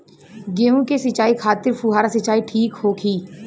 गेहूँ के सिंचाई खातिर फुहारा सिंचाई ठीक होखि?